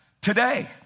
today